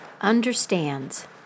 understands